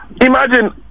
imagine